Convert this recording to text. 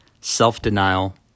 self-denial